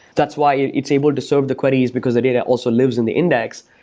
that's why it's able to serve the queries, because the data also lives in the index.